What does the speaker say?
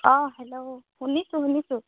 অঁ হেল্ল' শুনিছোঁ শুনিছোঁ